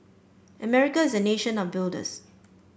America is a nation of builders